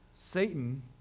Satan